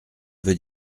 veut